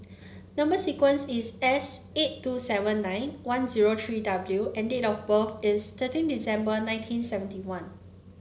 number sequence is S eight two seven nine one zero three W and date of birth is thirteen December nineteen seventy one